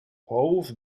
połów